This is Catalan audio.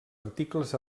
articles